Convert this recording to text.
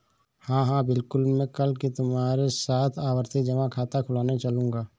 हां हां बिल्कुल मैं कल ही तुम्हारे साथ आवर्ती जमा खाता खुलवाने चलूंगा